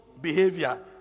behavior